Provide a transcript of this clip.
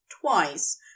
twice